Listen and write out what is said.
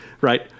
right